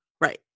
Right